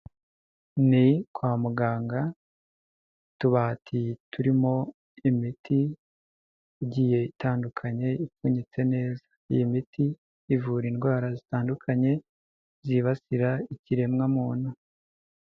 Ni kwa muganga utubati turimo imiti igiye itandukanye ipfunyitse neza, iyi miti ivura indwara zitandukanye zibasira ikiremwa muntu.